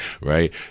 Right